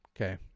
Okay